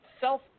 self